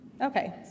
Okay